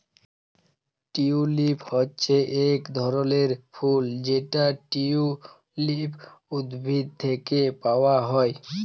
tulip হচ্যে এক ধরলের ফুল যেটা টিউলিপ উদ্ভিদ থেক্যে পাওয়া হ্যয়